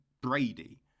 Brady